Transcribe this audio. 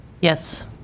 yes